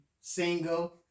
single